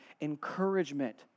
encouragement